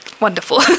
Wonderful